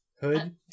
Hood